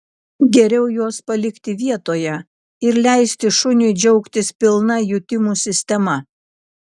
geriau juos palikti vietoje ir leisti šuniui džiaugtis pilna jutimų sistema